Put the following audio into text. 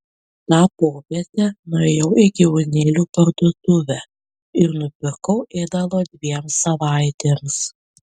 tą popietę nuėjau į gyvūnėlių parduotuvę ir nupirkau ėdalo dviem savaitėms